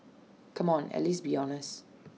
come on at least be honest